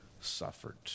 suffered